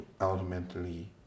ultimately